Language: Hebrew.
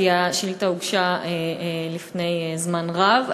כי השאילתה הוגשה לפני זמן רב,